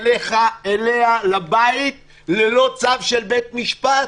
אליך, אליה לבית ללא צו של בית המשפט.